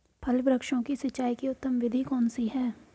फल वृक्षों की सिंचाई की उत्तम विधि कौन सी है?